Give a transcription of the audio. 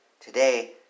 Today